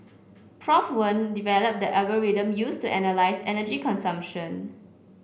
Prof Wen developed the algorithm used to analyse energy consumption